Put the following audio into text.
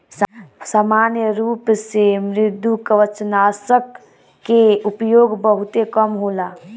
सामान्य रूप से मृदुकवचनाशक के उपयोग बहुते कम होला